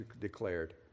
declared